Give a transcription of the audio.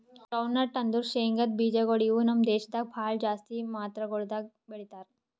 groundnut ಅಂದುರ್ ಶೇಂಗದ್ ಬೀಜಗೊಳ್ ಇವು ನಮ್ ದೇಶದಾಗ್ ಭಾಳ ಜಾಸ್ತಿ ಮಾತ್ರಗೊಳ್ದಾಗ್ ಬೆಳೀತಾರ